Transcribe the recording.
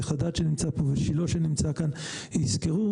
חדד שנמצא פה ושילה שנמצא כאן יסקרו.